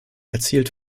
erzielt